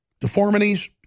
Deformities